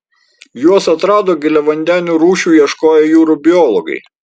juos atrado giliavandenių rūšių ieškoję jūrų biologai